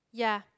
yeah